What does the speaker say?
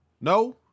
No